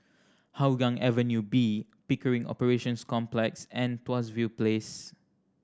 Hougang Avenue B Pickering Operations Complex and Tuas View Place